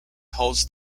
holds